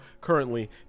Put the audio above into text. currently